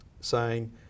saying-